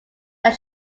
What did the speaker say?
that